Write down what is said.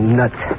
nuts